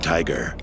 Tiger